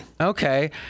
Okay